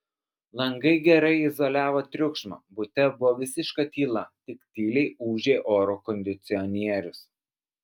langai gerai izoliavo triukšmą bute buvo visiška tyla tik tyliai ūžė oro kondicionierius